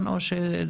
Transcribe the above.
יש לנו מטרה